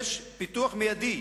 פיתוח מיידי